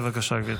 בבקשה, גברתי.